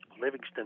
Livingston